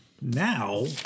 now